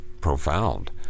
profound